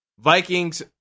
Vikings